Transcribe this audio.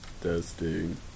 testing